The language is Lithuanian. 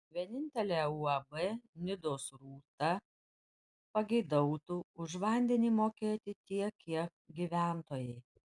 vienintelė uab nidos rūta pageidautų už vandenį mokėti tiek kiek gyventojai